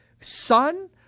son